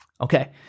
Okay